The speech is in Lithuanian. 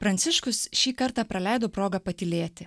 pranciškus šį kartą praleido progą patylėti